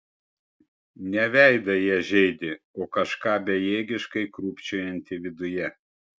ne veidą jie žeidė o kažką bejėgiškai krūpčiojantį viduje